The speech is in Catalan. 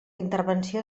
intervenció